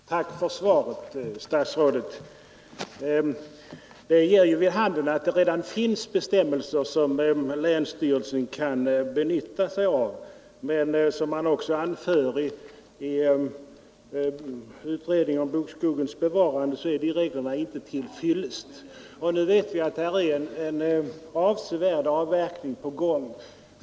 Herr talman! Tack för svaret, statsrådet! Det ger vid handen att det redan finns bestämmelser som länsstyrelsen kan benytta sig av. Men som också anförs i anslutning till utredningen om ”bokskogens bevarande” är de reglerna inte till fyllest, och nu vet vi att en avsevärd avverkning är på gång.